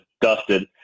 dusted